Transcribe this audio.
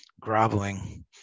groveling